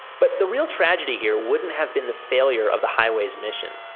but the real tragedy here wouldn't have been the failure of the highways mission.